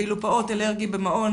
ואילו פעוט אלרגי במעון